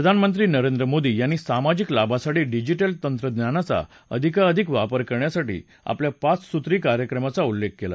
प्रधानमंत्री नरेंद्र मोदी यांनी सामाजिक लाभासाठी डिजिटल तंत्रज्ञानाचा अधिकाधिक वापर करण्यासाठी आपल्या पाच सूत्री कार्यक्रमाचा उल्लेख केला